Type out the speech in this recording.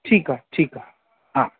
ठीकु आहे ठीकु आहे हा